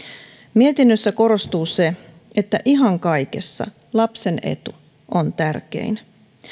mietinnössä korostuu se että ihan kaikessa lapsen etu on tärkein